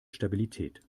stabilität